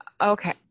okay